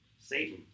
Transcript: Satan